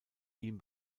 ihm